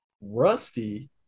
Rusty